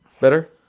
Better